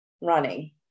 running